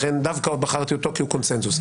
לכן דווקא בחרתי אותו, כי הוא קונצנזוס.